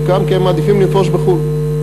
חלקם כי הם מעדיפים לנפוש בחוץ-לארץ.